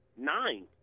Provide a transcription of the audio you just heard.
nine